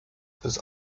bis